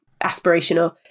aspirational